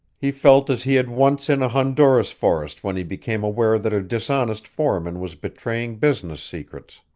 he felt as he had once in a honduras forest when he became aware that a dishonest foreman was betraying business secrets.